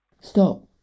Stop